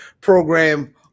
program